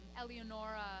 Eleonora